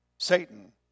Satan